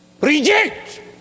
Reject